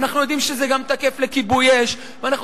ואנחנו יודעים שזה גם תקף לכיבוי-אש ואנחנו